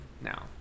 now